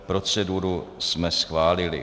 Proceduru jsme schválili.